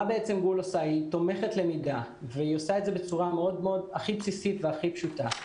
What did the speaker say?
גול תומכת למידה ועושה את זה בצורה הכי בסיסת והכי פשוטה.